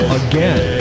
again